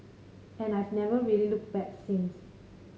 and I've never really looked back since